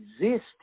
exist